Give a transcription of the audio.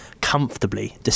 comfortably